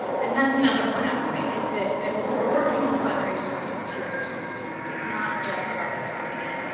and that's another point i want to make, is that that when we're working with primary source materials with students, it's not just about the content.